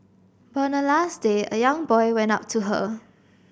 but on the last day a young boy went up to her